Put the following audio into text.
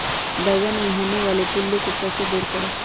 बैंगन मे होने वाले पिल्लू को कैसे दूर करें?